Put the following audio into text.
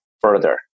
further